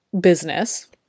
business